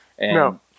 No